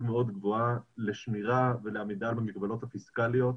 גבוהה לשמירה ולעמידה במגבלות הפיסקליות.